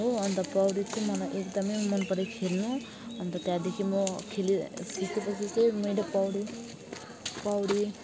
हो अन्त पौडी चाहिँ मलाई एकदमै मनपर्यो खेल्नु अन्त त्यहाँदेखि म खेलेर सिकेपछि चाहिँ मैले पौडी पौडी